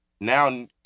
Now